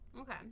Okay